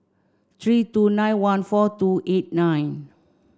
three two nine one four two eight nine